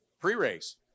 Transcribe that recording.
pre-race